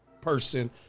person